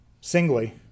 Singly